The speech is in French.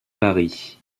paris